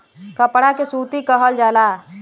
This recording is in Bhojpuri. कपड़ा के सूती कहल जाला